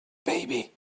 baby